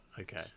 okay